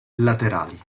laterali